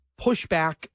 pushback